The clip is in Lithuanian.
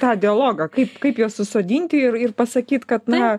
tą dialogą kaip kaip juos susodinti ir ir pasakyt kad na